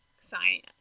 sign